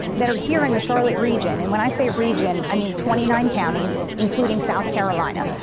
that are here in the charlotte region. and when i say region, i mean twenty nine counties, including south carolina.